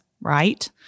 Right